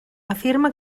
afirma